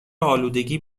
آلودگی